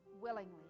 willingly